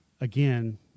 again